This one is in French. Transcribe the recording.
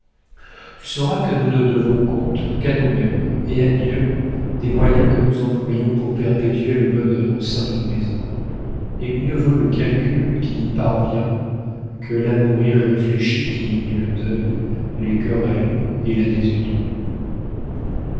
tu sauras que nous ne devons compte qu'à nous-mêmes et à dieu des moyens que nous employons pour perpétuer le bonheur au sein de nos maisons et mieux vaut le calcul qui y parvient que l'amour irréfléchi qui y met le deuil les querelles ou la désunion